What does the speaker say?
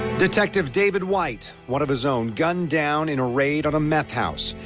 detective david white, one of his own, gunned down in a raid on a meth house.